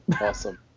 Awesome